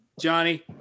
Johnny